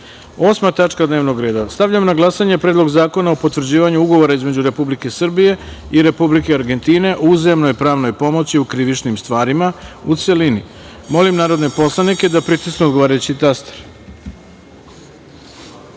tačka dnevnog reda. Stavljam na glasanje Predlog zakona o potvrđivanju Ugovora između Republike Srbije i Republike Argentine o uzajamnoj pravnoj pomoći u krivičnim stvarima, u celini. Molim narodne poslanike da pritisnu odgovarajući